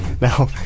Now